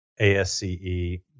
ASCE